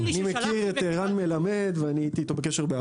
אני מכיר את רן מלמד ובעבר הייתי איתו בקשר.